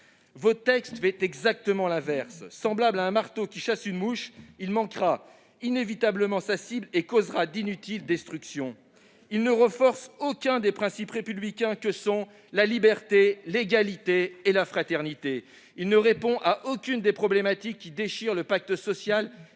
Votre texte fait exactement l'inverse ; semblable à un marteau qui chasse une mouche, il manquera immanquablement sa cible et causera d'inutiles destructions. Il ne renforce aucun des principes républicains que sont la liberté, l'égalité et la fraternité. Il ne répond à aucune des problématiques qui déchirent le pacte social